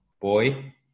boy